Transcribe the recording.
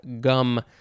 gum